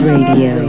Radio